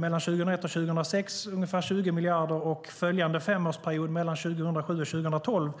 Mellan 2001 och 2006 handlade det om ungefär 20 miljarder, och följande femårsperiod, mellan 2007 och 2012,